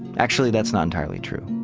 actually, that's not entirely true.